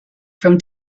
from